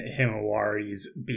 Himawari's